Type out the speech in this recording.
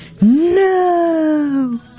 no